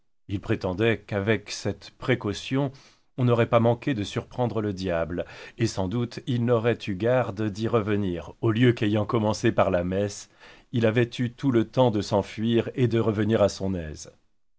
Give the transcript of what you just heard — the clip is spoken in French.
ils prétendaient qu'avec cette précaution on n'aurait pas manqué de surprendre le diable et sans doute il n'aurait eu garde d'y revenir au lieu qu'ayant commencé par la messe il avait eu tout le tems de s'enfuir et de revenir à son aise